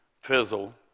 fizzle